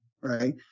right